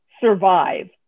survive